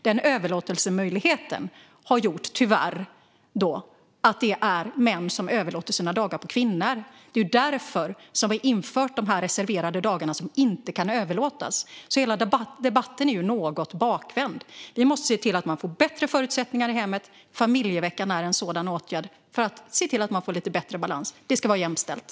Den överlåtelsemöjligheten har gjort - tyvärr - att det är män som överlåter sina dagar på kvinnor. Det är därför vi har infört de här reserverade dagarna som inte kan överlåtas. Hela debatten är alltså något bakvänd. Vi måste se till att man får bättre förutsättningar i hemmet. Familjeveckan är en sådan åtgärd, för att se till att man får lite bättre balans. Det ska vara jämställt.